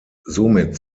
somit